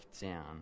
down